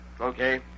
Okay